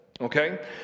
okay